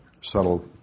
subtle